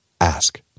ask